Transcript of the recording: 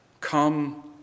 come